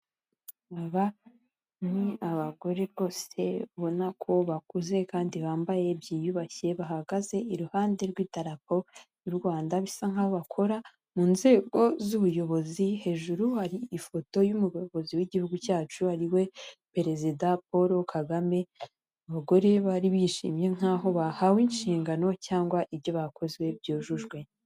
Aba ni abagore rwose babona ko bakuze, kandi bambaye byiyubashye, bahagaze iruhande rw'itarako ry'u Rwanda, bisa nkaho bakora mu nzego z'ubuyobozi, hejuru hari ifoto y'umuyobozi w'igihugu cyacu, ari we perezida paul kagame, abagore bari bishimye nk'aho bahawe inshingano cyangwa ibyo bakoze byujujwe.